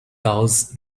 cows